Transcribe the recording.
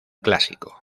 clásico